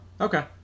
Okay